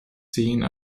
scene